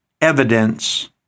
evidence